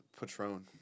Patron